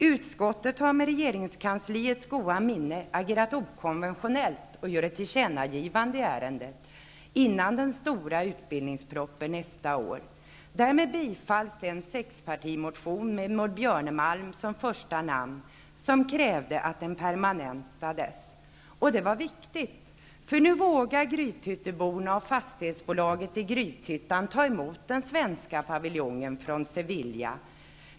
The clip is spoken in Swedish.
Utskottet har, med regeringskansliets goda minne, agerat okonventionellt och gör ett tillkännagivande i ärendet innan den stora utbildningspropositionen kommer nästa år. Därmed bifalls den sexpartimotion med Maud Björnemalm som första namn som krävde att den permanentades. Det var viktigt. Nu vågar grythytteborna och fastighetsbolaget i Grythyttan ta emot den svenska paviljongen från Sevilla.